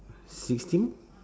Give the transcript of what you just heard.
sixteen